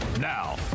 Now